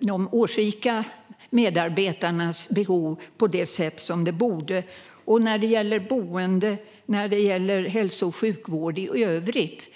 de årsrika medarbetarnas behov på det sätt som man borde. Detsamma gäller boende och hälso och sjukvård i övrigt.